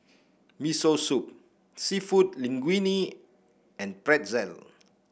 Miso Soup seafood Linguine and Pretzel